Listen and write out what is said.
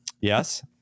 Yes